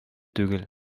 түгел